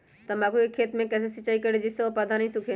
तम्बाकू के खेत मे कैसे सिंचाई करें जिस से पौधा नहीं सूखे?